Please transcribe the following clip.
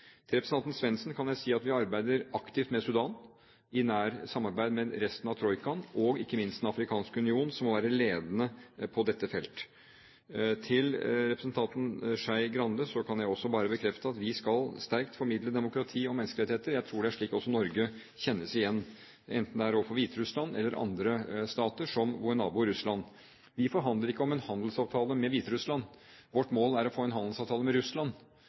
Til representanten Svendsen kan jeg si at vi arbeider aktivt med Sudan, i nært samarbeid med resten av troikaen og ikke minst Den afrikanske union, som må være ledende på dette felt. Overfor representanten Skei Grande kan jeg også bare bekrefte at vi sterkt skal formidle demokrati og menneskerettigheter. Jeg tror det er slik også Norge kjennes igjen, enten det er overfor Hviterussland eller andre stater som vår nabo Russland. Vi forhandler ikke om en handelsavtale med Hviterussland. Vårt mål er å få en handelsavtale med Russland.